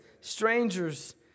strangers